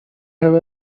have